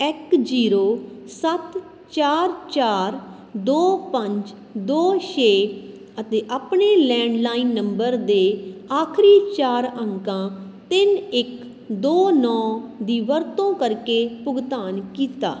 ਇੱਕ ਜ਼ੀਰੋ ਸੱਤ ਚਾਰ ਚਾਰ ਦੋ ਪੰਜ ਦੋ ਛੇ ਅਤੇ ਆਪਣੇ ਲੈਂਡਲਾਈਨ ਨੰਬਰ ਦੇ ਆਖਰੀ ਚਾਰ ਅੰਕਾਂ ਤਿੰਨ ਇੱਕ ਦੋ ਨੌ ਦੀ ਵਰਤੋਂ ਕਰਕੇ ਭੁਗਤਾਨ ਕੀਤਾ